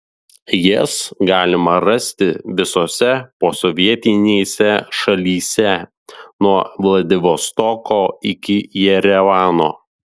jas galima rasti visose posovietinėse šalyse nuo vladivostoko iki jerevano